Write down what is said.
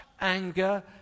anger